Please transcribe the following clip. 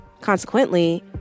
Consequently